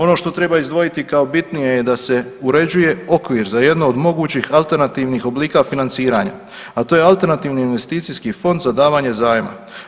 Ono što treba izdvojiti kao bitnije je da se uređuje okvir za jednu od mogućih alternativnih oblika financiranja a to je alternativni investicijski fond za davanje zajma.